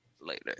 later